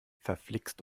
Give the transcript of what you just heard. verflixt